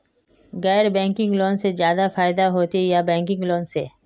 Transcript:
गैर banking loan से ज्यादा फायदा होचे या बैंकिंग लोन से?